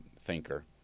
thinker